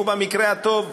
ובמקרה הטוב,